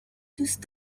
دوست